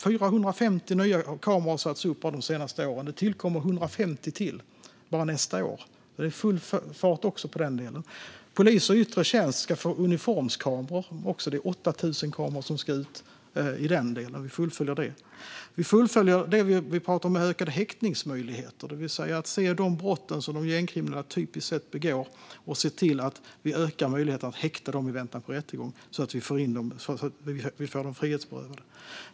450 nya kameror har satts upp bara de senaste åren, och det tillkommer ytterligare 150 nästa år. Det är full fart också på den delen. Poliser i yttre tjänst ska få uniformskameror. Det är 8 000 kameror som ska ut i den delen, och vi fullföljer det. Vi fullföljer det som vi talade om med ökade häktningsmöjligheter, det vill säga att se på de brott som de gängkriminella typiskt sett begår och öka möjligheten till häktning i väntan på rättegång så att de kriminella frihetsberövas.